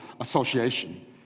association